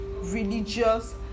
religious